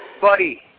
Buddy